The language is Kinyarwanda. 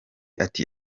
ati